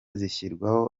zishyirwaho